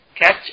catch